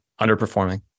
underperforming